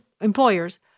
employers